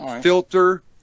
Filter